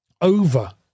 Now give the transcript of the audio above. over